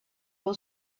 will